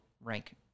rank